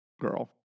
girl